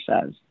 says